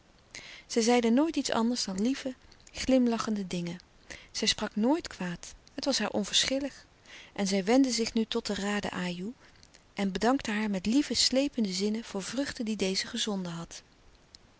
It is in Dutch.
zij zeide nooit iets anders dan lieve glimlachende dingen zij sprak nooit kwaad het was haar onverschillig en zij wendde zich nu tot de raden ajoe en bedankte haar met lieve slepende zinnen voor vruchten die deze gezonden had